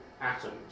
atoms